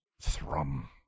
thrum